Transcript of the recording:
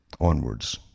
onwards